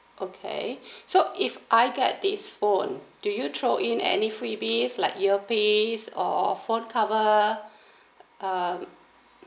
okay so if I get this phone do you throw in any freebies like earpiece or phone cover um